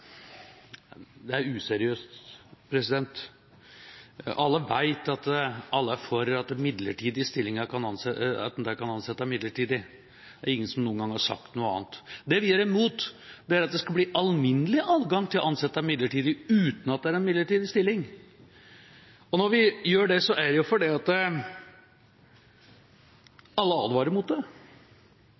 Det er useriøst. Alle vet at alle er for at i midlertidige stillinger kan en ansette midlertidig. Det er ingen som noen gang har sagt noe annet. Det vi er imot, er at det skal bli alminnelig adgang til å ansette midlertidig uten at det er en midlertidig stilling. Når vi er det, er det fordi alle advarer mot det.